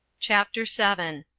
chapter seven.